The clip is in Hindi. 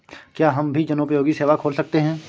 क्या हम भी जनोपयोगी सेवा खोल सकते हैं?